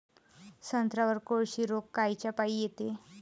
संत्र्यावर कोळशी रोग कायच्यापाई येते?